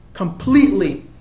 Completely